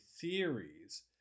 theories